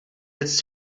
its